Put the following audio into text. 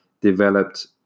developed